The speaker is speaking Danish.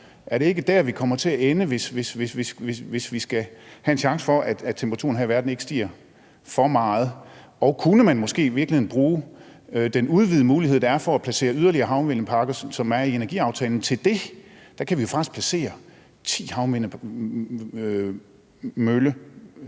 Er det ikke der, vi kommer til at ende, hvis vi skal have en chance for, at temperaturen her i verden ikke stiger for meget? Og kunne man måske i virkeligheden bruge den udvidede mulighed, som der i energiaftalen er for at placere yderligere havvindmølleparker, til det? Der kan vi jo faktisk placere ti havvindmølleparker